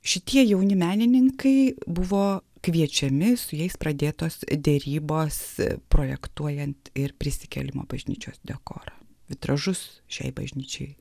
šitie jauni menininkai buvo kviečiami su jais pradėtos derybose projektuojant ir prisikėlimo bažnyčios dekorą vitražus šiai bažnyčiai